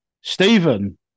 Stephen